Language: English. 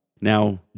Now